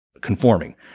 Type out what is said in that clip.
conforming